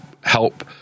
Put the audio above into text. help